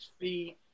feet